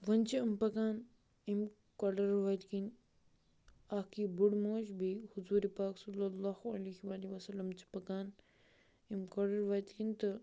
وۄنۍ چھِ یِم پَکان أمۍ کۄڈر وَتہِ کِنۍ اَکھ یہِ بُڑٕ موج بیٚیہِ حضوٗرِ پاک صَلی اللہُ عِلَیہ وَسَلم چھِ پَکان اَمہِ کۄڈر وَتہِ کِنۍ تہٕ